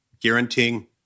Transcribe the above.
guaranteeing